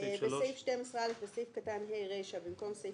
"בסעיף 12א, סעיף קטן (ד) יימחק."